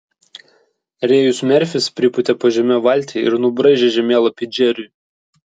rėjus merfis pripūtė po žeme valtį ir nubraižė žemėlapį džeriui